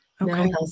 Okay